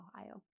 Ohio